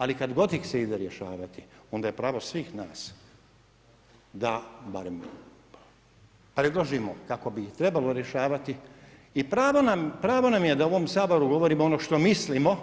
Ali kad god ih se ide rješavati, onda je pravo svih nas da barem predložimo kako bi trebalo rješavati i pravo nam je da u ovom Saboru govorimo ono što mislimo,